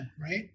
right